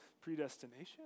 predestination